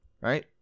right